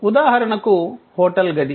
ఉదాహరణకు హోటల్ గది